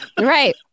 Right